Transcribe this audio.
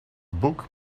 boek